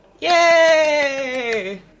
Yay